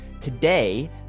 Today